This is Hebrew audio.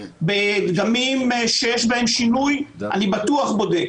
בדגמים שיש בהם שינוי אני בטוח בודק.